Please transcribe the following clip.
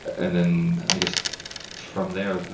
and then i guess from there,